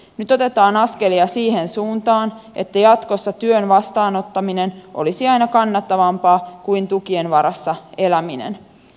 nyt otetaan askelia siihen suuntaan että jatkossa työn vastaanottaminen olisi aina kannattavampaa kuin tukien varassa eläminen